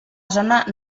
zona